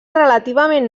relativament